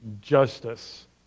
justice